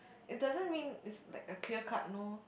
it doesn't mean is like a clear cut no